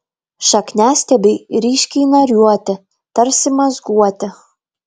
šakniastiebiai ryškiai nariuoti tarsi mazguoti